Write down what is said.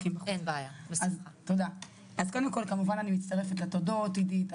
אז קודם כל כמובן אני מצטרפת לתודות עידית,